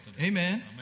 Amen